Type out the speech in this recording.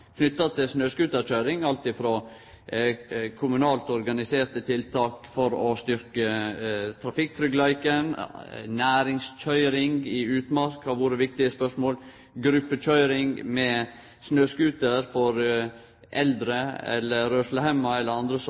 til snøscooterkøyring, alt frå kommunalt organiserte tiltak for å styrkje trafikktryggleiken – næringskøyring i utmark har vore eit viktig spørsmål – til gruppekøyring med snøscooter for eldre eller rørslehemma eller andre som